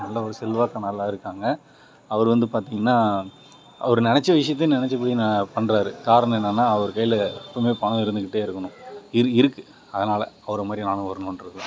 நல்ல ஒரு செல்வாக்கான ஆளாக இருக்காங்க அவர் வந்து பார்த்திங்கனா அவர் நெனைச்ச விஷயத்தை நெனைச்சபடி பண்ணுறாரு காரணம் என்னனால் அவர் கையில எப்போதுமே பணம் இருந்துக்கிட்டே இருக்கணும் இரு இருக்குது அதனாலே அவரை மாதிரி நானும் வரணுன்றது தான்